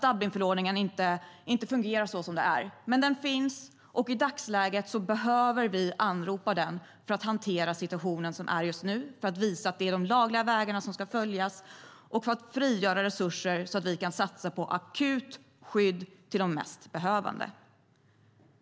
Dublinförordningen fungerar inte så som det är, men den finns, och i dagsläget behöver vi åberopa den för att hantera den situation som råder just nu, för att visa att det är de lagliga vägarna som ska följas och för att frigöra resurser så att vi kan satsa på akut skydd till de mest behövande.